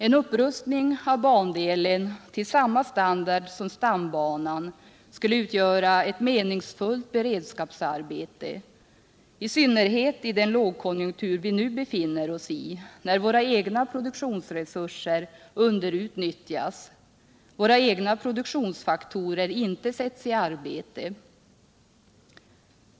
En upprustning av bandelen till samma standard som stambanan skulle utgöra ett meningsfullt beredskapsarbete — i synnerhet i den lågkonjunktur vi nu befinner oss, när våra egna produktionsresurser underutnyttjas, våra egna produktionsfaktorer inte sätts i arbete.